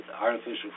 artificial